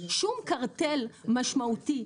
שום קרטל משמעותי,